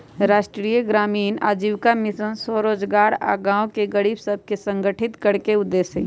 राष्ट्रीय ग्रामीण आजीविका मिशन स्वरोजगार आऽ गांव के गरीब सभके संगठित करेके उद्देश्य हइ